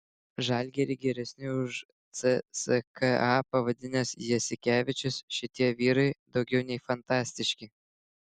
žalgirį geresniu už cska pavadinęs jasikevičius šitie vyrai daugiau nei fantastiški